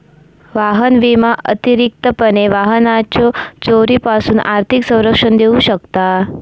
वाहन विमा अतिरिक्तपणे वाहनाच्यो चोरीपासून आर्थिक संरक्षण देऊ शकता